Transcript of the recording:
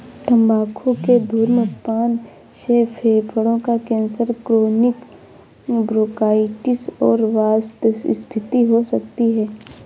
तंबाकू के धूम्रपान से फेफड़ों का कैंसर, क्रोनिक ब्रोंकाइटिस और वातस्फीति हो सकती है